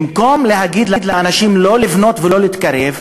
במקום להגיד לאנשים לא לבנות ולא להתקרב,